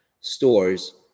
stores